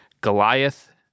Goliath